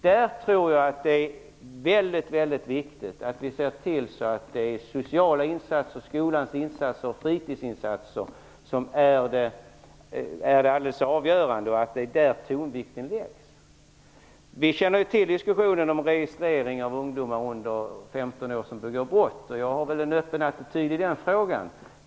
Jag tror att det är oerhört viktigt att vi ser till att sociala insatser, skolans insatser och fritidsinsatser blir avgörande. Det är där tonvikten skall läggas. Vi känner till diskussionen om registrering av ungdomar under 15 år som begår brott. Jag har nog en öppen attityd i den frågan.